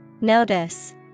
Notice